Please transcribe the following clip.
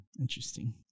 Interesting